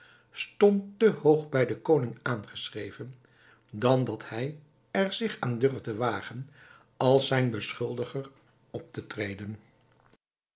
stond te hoog bij den koning aangeschreven dan dat hij er zich aan durfde wagen als zijn beschuldiger op te treden